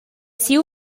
siu